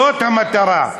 זאת המטרה,